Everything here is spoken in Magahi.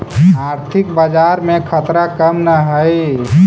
आर्थिक बाजार में खतरा कम न हाई